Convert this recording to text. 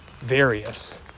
Various